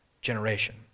generation